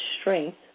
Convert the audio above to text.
strength